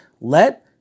Let